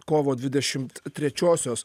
kovo kovo dvidešimt trečiosios